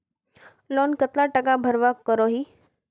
Loan कतला टाका भरवा करोही?